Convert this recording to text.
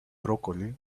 broccoli